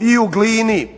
i u Glini,